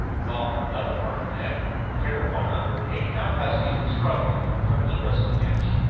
while on another part of the deck a pair of one-hundred-and-eighty-pound huskies were struggling in a friendly wrestling match.